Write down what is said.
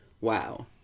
wow